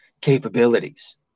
capabilities